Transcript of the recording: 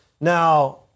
Now